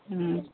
অঁ